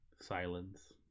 silence